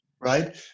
right